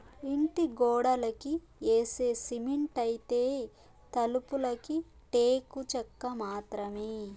ఇంటి గోడలకి యేసే సిమెంటైతే, తలుపులకి టేకు చెక్క మాత్రమే